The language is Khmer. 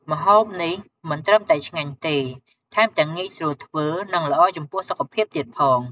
ម្ហូបនេះមិនត្រឹមតែឆ្ងាញ់ទេ ថែមទាំងងាយស្រួលធ្វើ និងល្អចំពោះសុខភាពទៀតផង។